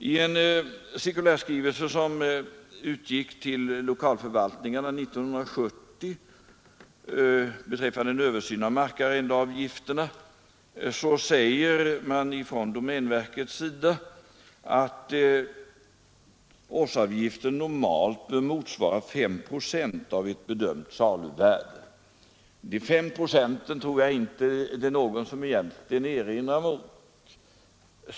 I en cirkulärskrivelse som utgick till lokalförvaltningarna 1970 beträffande en översyn av markarrendeavgifterna säger domänverket att årsavgiften normalt motsvarar 5 procent av ett bedömt saluvärde. Jag tror inte att någon egentligen har någon erinran mot de 5 procenten.